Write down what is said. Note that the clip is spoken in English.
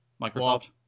Microsoft